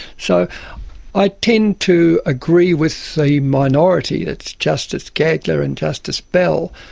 so i tend to agree with the minority, that's justice gageler and justice bell,